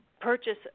purchase